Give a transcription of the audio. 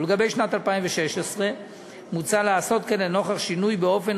ולשנת 2016 מוצע לעשות כן לנוכח שינוי באופן